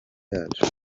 yacu